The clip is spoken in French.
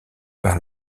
par